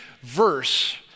verse